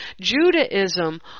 Judaism